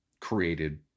created